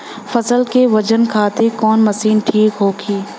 फसल के वजन खातिर कवन मशीन ठीक होखि?